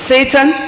Satan